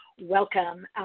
Welcome